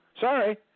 Sorry